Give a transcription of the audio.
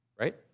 right